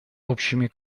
общими